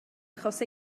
achos